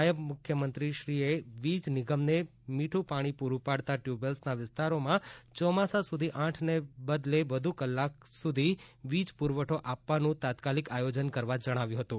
નાયબ મુખ્યમંત્રીશ્રીએ વીજ નિગમને મીઠું પાણી પૂરું પાડતા ટ્યુબવેલ્સના વિસ્તારોમાં ચોમાસા સુધી આઠને બદલે વધુ કલાકો સુધી વીજ પુરવઠો આપવાનું તાત્કાલીક આયોજન કરવા જણાવ્યુ હતું